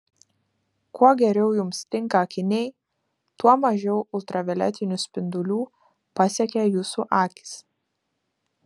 kuo geriau jums tinka akiniai tuo mažiau ultravioletinių spindulių pasiekia jūsų akis